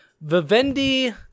vivendi